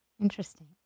Interesting